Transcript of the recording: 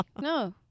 No